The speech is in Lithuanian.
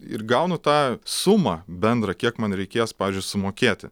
ir gaunu tą sumą bendrą kiek man reikės pavyzdžiui sumokėti